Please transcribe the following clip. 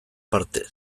parte